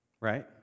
Right